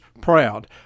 proud